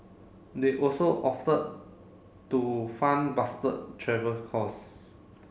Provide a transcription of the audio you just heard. they also offered to fund Bastard travel costs